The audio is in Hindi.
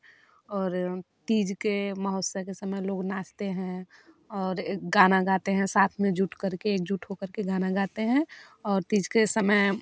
और तीज के महोत्सव के समय लोग नाचते हैं और एक गाना गाते हैं साथ में जुट करकर एक जुट हो करकर गाना गाते हैं और तीज के समय